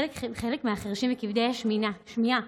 חלק מהחירשים וכבדי השמיעה,